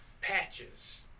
patches